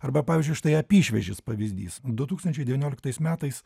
arba pavyzdžiui štai apyšviežis pavyzdys du tūkstančiai devynioliktais metais